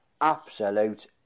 Absolute